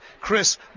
Chris